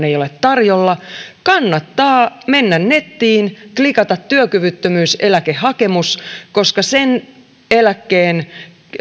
ei ole tarjolla kannattaa mennä nettiin klikata työkyvyttömyyseläkehakemus koska sen eläkkeen